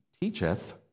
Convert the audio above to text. teacheth